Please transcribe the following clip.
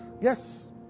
yes